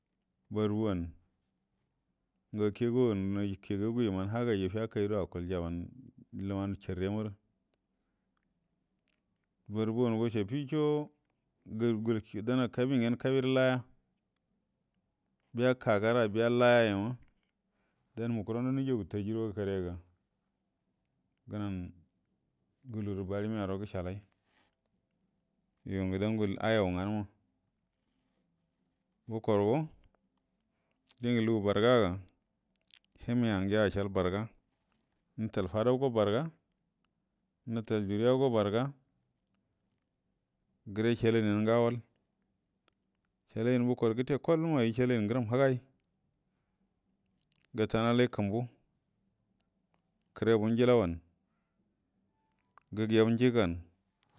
Barguwanə ngə akegagu nakegagu yiman nagə yayiju fiyakə yayido akul jaban luman charre marə borguwan go chafiso ga-gulki-dana kabiyan ngenə kəbirə laiya biya kagara biya kiyaye daumu kurando kujagu tajarwa kare ga gənanə gulurə balimiaro yəshalai yungə dango ayan nganəma bukorgo dingə lugu bargaga hinga ngiya ashal barga wutal fadaugo barga hutal juriyago barga gare shalainiyan gə awal shalai buko gəfe koll ma ayi shalaini ngəram həgai gə ta nalai kumbu kərebu ngilawanə gəgeu njiganə